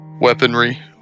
weaponry